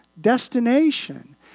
destination